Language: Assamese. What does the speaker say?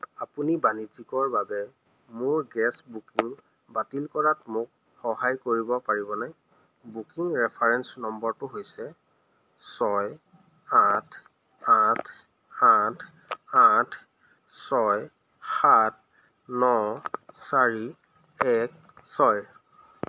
আপুনি বাণিজ্যিকৰ বাবে মোৰ গেছ বুকিং বাতিল কৰাত মোক সহায় কৰিব পাৰিবনে বুকিং ৰেফাৰেঞ্চ নম্বৰটো হৈছে ছয় আঠ আঠ আঠ আঠ ছয় সাত ন চাৰি এক ছয়